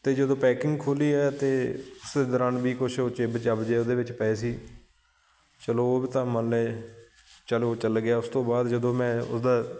ਅਤੇ ਜਦੋਂ ਪੈਕਿੰਗ ਖੋਲ੍ਹੀ ਹੈ ਤਾਂ ਉਸ ਦੌਰਾਨ ਵੀ ਕੁਛ ਉਹ ਚਿੱਬ ਚੱਬ ਜਿਹੇ ਉਹਦੇ ਵਿੱਚ ਪਏ ਸੀ ਚਲੋ ਉਹ ਤਾਂ ਮੰਨ ਲਏ ਚਲੋ ਉਹ ਚੱਲ ਗਿਆ ਉਸ ਤੋਂ ਬਾਅਦ ਜਦੋਂ ਮੈਂ ਉਸਦਾ